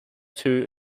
too